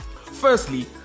Firstly